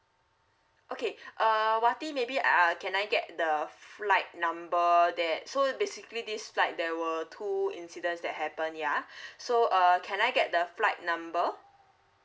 okay uh wati maybe uh uh can I get the f~ flight number that so basically this flight there were two incidents that happen yeah so uh can I get the flight number